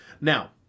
now